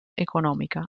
economica